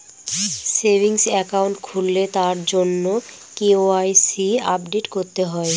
savings account খুললে তার জন্য কে.ওয়াই.সি আপডেট করতে হয়